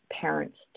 parents